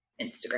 Instagram